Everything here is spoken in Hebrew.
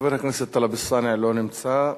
חבר הכנסת טלב אלסאנע, לא נמצא.